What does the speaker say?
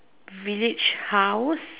village house